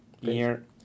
Beer